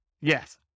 Yes